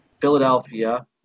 philadelphia